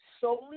solely